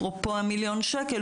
אפרופו המיליון שקלים,